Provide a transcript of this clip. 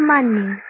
Money